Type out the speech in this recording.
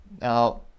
Now